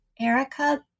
Erica